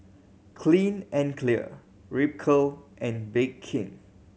Clean and Clear Ripcurl and Bake King